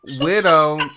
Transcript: Widow